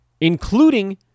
Including